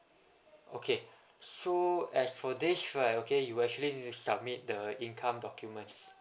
okay so as for this right okay you actually submit the income documents